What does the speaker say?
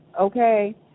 okay